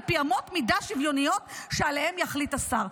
על פי אמות מידה שוויוניות שעליהן יחליט השר".